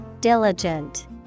Diligent